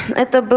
at the but